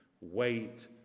wait